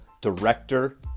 director